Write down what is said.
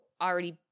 already